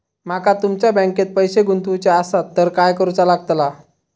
माका तुमच्या बँकेत पैसे गुंतवूचे आसत तर काय कारुचा लगतला?